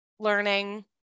learning